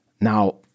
Now